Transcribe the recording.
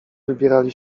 wybierali